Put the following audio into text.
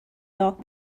راه